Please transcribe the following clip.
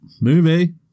Movie